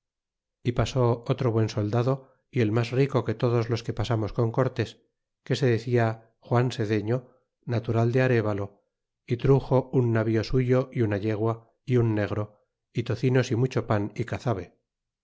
y pasó otro buen soldado y el mas rico que todos los que pasamos con cortés que se decia juan sedeño natural de arevalo truxo un navío suyo e una yegua é un negro tocinos é mucho pan é cazabe